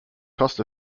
cost